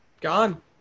Gone